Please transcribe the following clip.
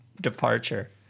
departure